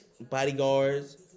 bodyguards